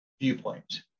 viewpoint